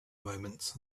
moments